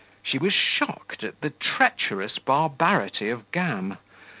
she was shocked at the treacherous barbarity of gam,